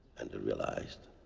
and realized